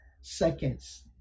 seconds